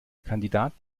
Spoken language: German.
kandidat